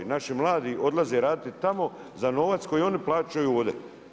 I naši mladi odlaze raditi tamo za novac koji oni plaćaju ovdje.